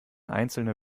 einzelne